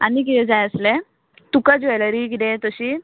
आनी कितें जाय आसलें तुका ज्वेलरी कितेंय तशी